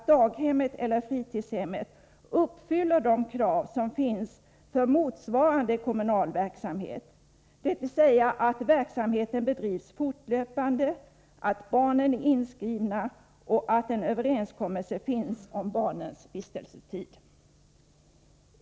daghemmet eller fritidshemmet uppfyller de krav som finns för motsvarande kommunal verksamhet, dvs. att verksamheten bedrivs fortlöpande, att barnen är inskrivna och att en överenskommelse finns om barnens vistelsetid.